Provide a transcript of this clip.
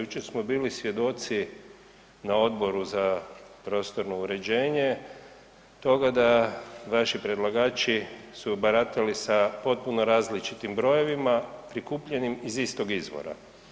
Jučer smo bili svjedoci na Odboru za prostorno uređenje toga da vaši predlagači su baratali sa potpuno različitim brojevima prikupljenim iz istog izvora.